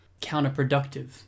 counterproductive